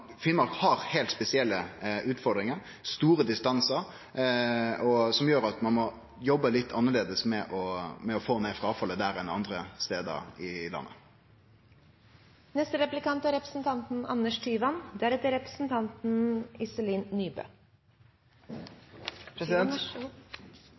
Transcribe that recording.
Finnmark har heilt spesielle utfordringar, store distansar, som gjer at ein må jobbe litt annleis med å få ned fråfallet der enn andre stader i landet. Både SV og Kristelig Folkeparti ønsker elleve måneders studiestøtte, og representanten